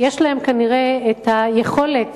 יש להם כנראה היכולת